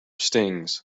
stings